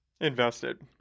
Invested